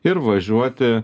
ir važiuoti